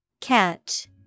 Catch